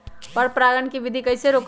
पर परागण केबिधी कईसे रोकब?